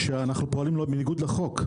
שאנחנו פועלים בניגוד לחוק,